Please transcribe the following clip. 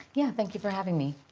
yeah, thank you for having me.